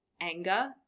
anger